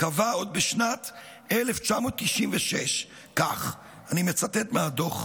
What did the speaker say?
עוד בשנת 1996 קבע כך, ואני מצטט מהדוח: